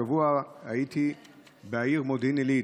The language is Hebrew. השבוע הייתי בעיר מודיעין עילית,